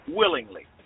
willingly